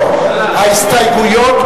רבותי, אנחנו מצביעים על שם החוק כהצעת הוועדה.